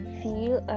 feel